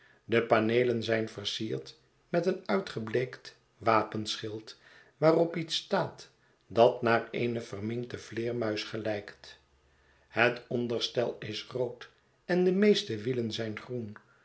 de paneelen zijn versierd met een uitgebleekt wapenschild waarop iets staat dat naar eene verminkte vleermuis gelijkt het onderstel is rood en de meeste wielen zijn groen